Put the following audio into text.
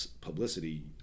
publicity